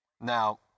Now